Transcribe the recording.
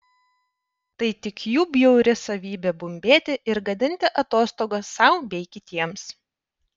tai tik jų bjauri savybė bumbėti ir gadinti atostogas sau bei kitiems